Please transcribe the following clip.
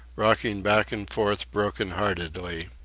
rocking back and forth broken-heartedly.